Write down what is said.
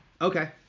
Okay